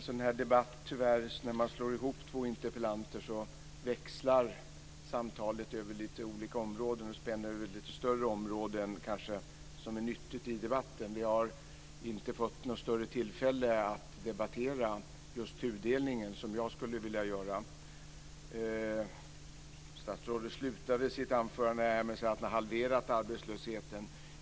Fru talman! När man slår ihop två interpellationer så växlar tyvärr samtalet mellan olika områden och spänner över ett lite större område än vad som kanske är nyttigt i debatten. Vi har inte fått något större tillfälle att debattera just tudelningen, vilket jag skulle vilja göra. Statsrådet slutade sitt anförande med att säga att man har halverat arbetslösheten.